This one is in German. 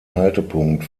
haltepunkt